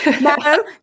no